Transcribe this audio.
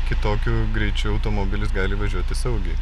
kitokiu greičiu automobilis gali važiuoti saugiai